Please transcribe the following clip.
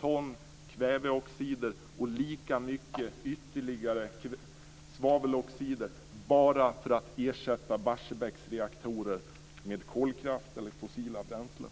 ton kväveoxider och lika mycket ytterligare svaveloxider bara för att ersätta Barsebäcks reaktorer med kolkraft eller fossila bränslen.